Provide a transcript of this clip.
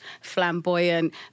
flamboyant